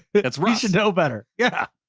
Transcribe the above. but that's where you should know better. yeah.